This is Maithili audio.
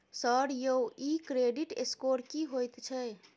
सर यौ इ क्रेडिट स्कोर की होयत छै?